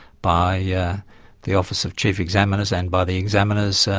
by yeah the office of chief examiners and by the examiners,